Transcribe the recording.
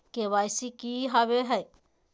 KYC की हॉबे हय?